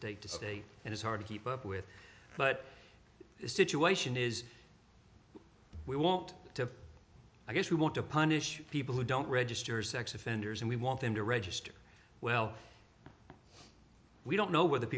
state to state and it's hard to keep up with but this situation is we want to i guess we want to punish people who don't register sex offenders and we want them to register well we don't know whe